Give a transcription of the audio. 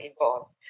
involved